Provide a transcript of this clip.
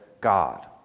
God